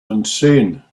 insane